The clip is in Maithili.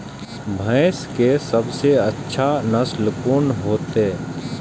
भैंस के सबसे अच्छा नस्ल कोन होते?